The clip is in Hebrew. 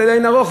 שזה לאין ערוך,